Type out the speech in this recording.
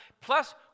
Plus